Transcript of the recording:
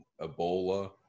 Ebola